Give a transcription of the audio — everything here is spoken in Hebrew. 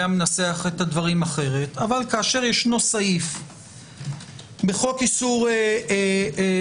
היה מנסח את הדברים אחרת אבל כאשר יש סעיף בחוק איסור אפליה